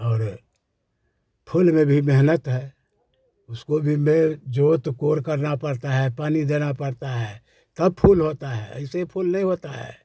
और फूल में भी मेहनत है उसको भी में जोत कोर करना पड़ता है पानी देना पड़ता है तब फूल होते हैं ऐसे ही फूल नहीं होते हैं